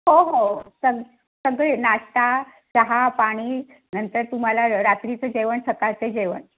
हो हो सग सगळे नाश्ता चहा पाणी नंतर तुम्हाला र रात्रीचं जेवण सकाळचं जेवण